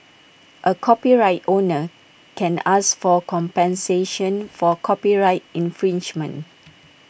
A copyright owner can ask for compensation for copyright infringement